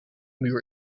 muur